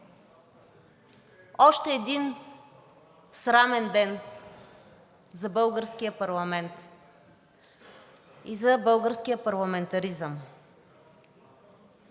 Още един срамен ден за българския парламент, за българския парламентаризъм.